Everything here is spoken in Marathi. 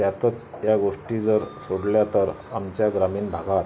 यातच या गोष्टी जर सोडल्या तर आमच्या ग्रामीण भागात